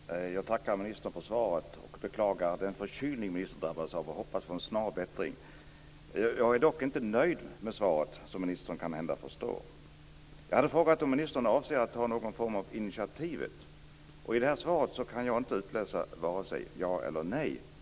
Fru talman! Jag tackar ministern för svaret och beklagar den förkylning ministern har drabbats av; jag hoppas på en snar bättring. Jag är dock inte nöjd med svaret, som ministern kanhända förstår. Jag hade frågat om ministern avsåg att ta någon form av initiativ. Av svaret kan jag inte utläsa vare sig ja eller nej.